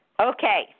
Okay